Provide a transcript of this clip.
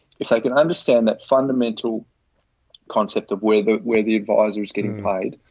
if i can understand that fundamental concept of where the, where the advisor is getting paid,